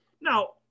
now